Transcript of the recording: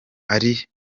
ari